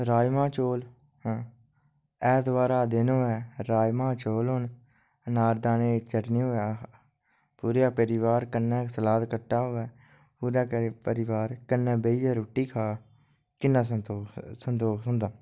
राजमाह् चौल ऐतबारे दा दिन होऐ राजमाह् चौल हून कन्ने नारदाने दी चटनी होऐ पूरे परोआर कन्ने सलाद कट्टे दा होऐ पूरा परोआर कन्ने बैइयै रुट्टी खाऐ किन्ना संदोख थ्होंदा